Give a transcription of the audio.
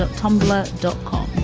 um tumblr dot com.